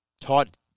taught